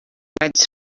vaig